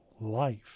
life